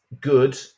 good